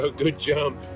ah good jump!